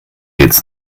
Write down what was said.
jetzt